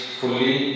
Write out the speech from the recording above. fully